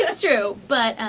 ah it's true, but